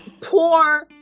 poor